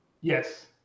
Yes